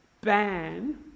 ban